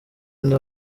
nde